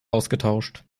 ausgetauscht